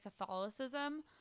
Catholicism